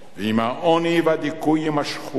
ואם העוני והדיכוי יימשכו,